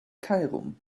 cairum